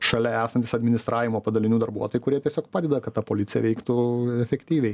šalia esantys administravimo padalinių darbuotojai kurie tiesiog padeda kad ta policija veiktų efektyviai